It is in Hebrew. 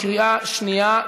בקריאה שנייה,